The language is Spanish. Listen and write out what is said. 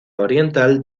oriental